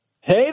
Hey